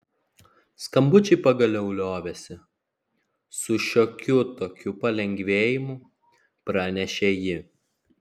skambučiai pagaliau liovėsi su šiokiu tokiu palengvėjimu pranešė ji